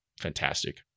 fantastic